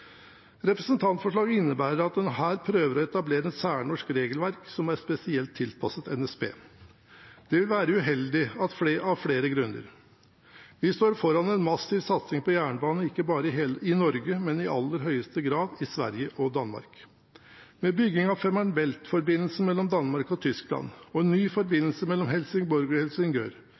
Representantforslaget innebærer at en her prøver å etablere et særnorsk regelverk som er spesielt tilpasset NSB. Det vil være uheldig av flere grunner. Vi står foran en massiv satsing på jernbane ikke bare her i Norge, men i aller høyeste grad i Sverige og Danmark. Med bygging av Femern Bælt-forbindelsen mellom Danmark og Tyskland og en ny forbindelse mellom